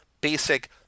basic